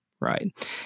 right